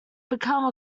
become